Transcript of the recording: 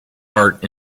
heart